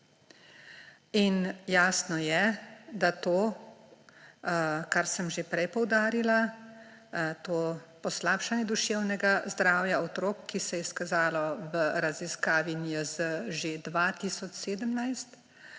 In jasno je, da to, kar sem že prej poudarila, to poslabšanje duševnega zdravja otrok, ki se je izkazalo v raziskavi NIJZ že 2017,